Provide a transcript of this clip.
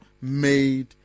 made